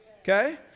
Okay